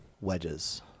wedges